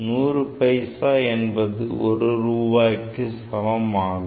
100 பைசா என்பது ஒரு ரூபாய்க்கு சமம் ஆகும்